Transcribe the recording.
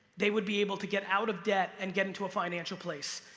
they would be able to get out of debt and get and to a financial place.